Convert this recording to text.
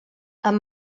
amb